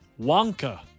Wonka